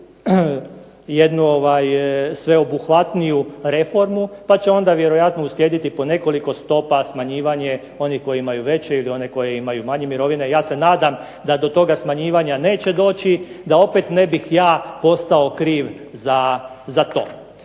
jednu sveobuhvatniju reformu. Pa će onda vjerojatno uslijediti po nekoliko stopa smanjivanje onih koji imaju veće ili one koji imaju manje mirovine. Ja se nadam da do toga smanjivanja neće doći da opet ne bih ja postao kriv za to.